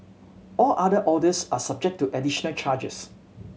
all other orders are subject to additional charges